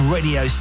Radio